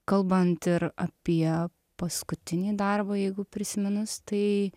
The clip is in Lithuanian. kalbant ir apie paskutinį darbą jeigu prisiminus tai